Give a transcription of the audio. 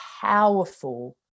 powerful